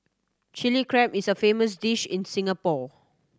Chilli Crab is a famous dish in Singapore